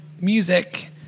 music